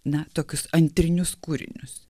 na tokius antrinius kūrinius